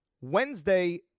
Wednesday